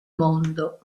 mondo